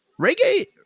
reggae